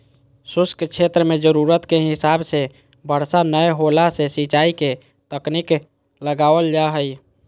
शुष्क क्षेत्र मे जरूरत के हिसाब से बरसा नय होला से सिंचाई के तकनीक लगावल जा हई